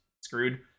screwed